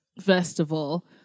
festival